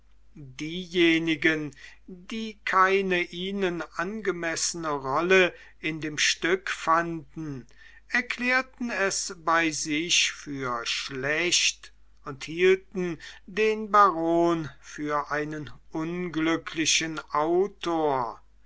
diejenigen die keine ihnen angemessene rolle in dem stück fanden erklärten es bei sich für schlecht und hielten den baron für einen unglücklichen autor